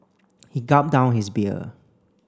he gulped down his beer